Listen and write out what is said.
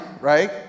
right